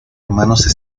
hermanos